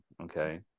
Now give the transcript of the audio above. okay